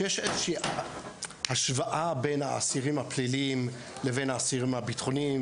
על כך שיש איזושהי השוואה בין האסירים הפליליים לבין האסירים הבטחוניים,